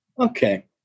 Okay